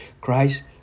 Christ